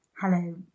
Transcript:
Hello